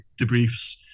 debriefs